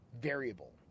variable